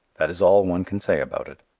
that is all one can say about it.